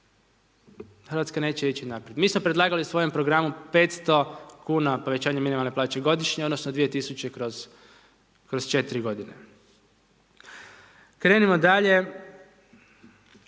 Hrvatska neće ići naprijed. Mi smo predlagali u svojem programu 500 kn povećanje minimalne plaće godišnje, odnosno 2000 kroz 4 g. Krenimo dalje,